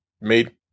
made